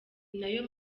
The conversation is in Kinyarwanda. nayo